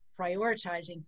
prioritizing